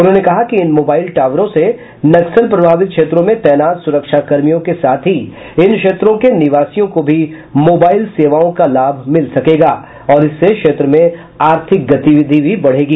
उन्होंने कहा कि इन मोबाईल टावरों से नक्सल प्रभावित क्षेत्रों में तैनात सुरक्षाकर्मियों के साथ ही इन क्षेत्रों के निवासियों को भी मोबाइल सेवाओं का लाभ मिल सकेगा और इससे क्षेत्र में आर्थिक गतिविधि भी बढ़ेगी